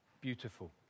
beautiful